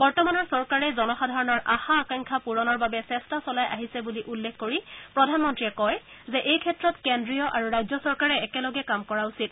বৰ্তমানৰ চৰকাৰে জনসাধাৰণৰ আশা আকাংক্ষা পূৰণৰ বাবে চেষ্টা চলাই আহিছে বুলি উল্লেখ কৰি প্ৰধানমন্ত্ৰীয়ে কয় যে এইক্ষেত্ৰত কেন্দ্ৰীয় আৰু ৰাজ্য চৰকাৰে একেলগে কাম কৰা উচিত